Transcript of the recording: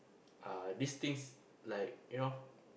uh these things like you know